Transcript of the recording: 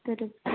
तऽ दऽ